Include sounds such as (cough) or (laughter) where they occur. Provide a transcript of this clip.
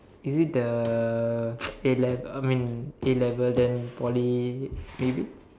is it the (noise) A-le~ I mean A-level then Poly maybe